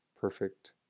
perfect